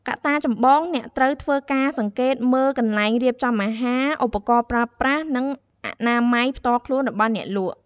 កត្តាចម្បងអ្នកត្រូវធ្វើការសង្កេតមើលកន្លែងរៀបចំអាហារ ឧបករណ៍ប្រើប្រាស់ និងអនាម័យផ្ទាល់ខ្លួនរបស់អ្នកលក់។